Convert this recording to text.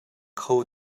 kho